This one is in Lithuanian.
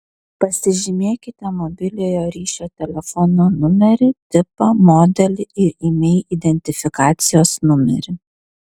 pasižymėkite mobiliojo ryšio telefono numerį tipą modelį ir imei identifikacijos numerį